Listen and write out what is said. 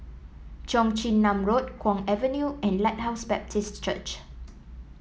Cheong Chin Nam Road Kwong Avenue and Lighthouse Baptist Church